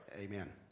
amen